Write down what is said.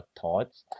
thoughts